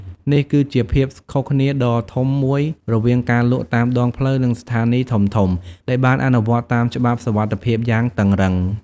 នេះគឺជាភាពខុសគ្នាដ៏ធំមួយរវាងការលក់តាមដងផ្លូវនិងស្ថានីយ៍ធំៗដែលបានអនុវត្តតាមច្បាប់សុវត្ថិភាពយ៉ាងតឹងរ៉ឹង។